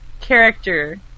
character